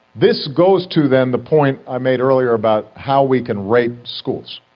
this goes to, then, the point i made earlier about how we can rate schools.